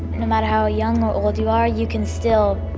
no matter how young or old you are you can still,